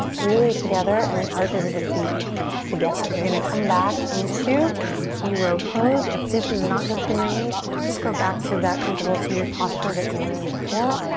really together, and the arches of the feet together. you're gonna come back into hero pose. if this is not good for your knees, just go back to that comfortable seated posture that you were in before.